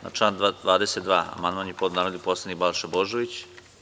Na član 22. amandman je podneo narodni poslanik Balša Božović.